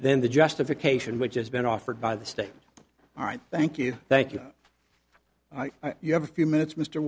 than the justification which has been offered by the state all right thank you thank you you have a few minutes m